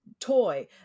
toy